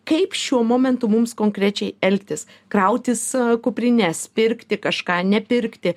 kaip šiuo momentu mums konkrečiai elgtis krautis kuprines pirkti kažką nepirkti